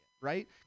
right